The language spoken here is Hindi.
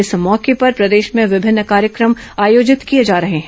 इस मौके पर प्रदेश में विभिन्न कार्यक्रम आयोजित किए जा रहे हैं